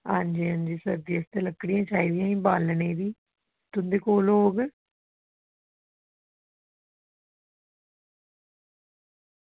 आं जी आं जी सर्दियें आस्तै लकड़ियां चाही दियां हियां बालनै आस्तै तुंदे कोल होग